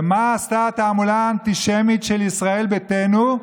ומה עשתה התעמולה האנטישמית של ישראל ביתנו?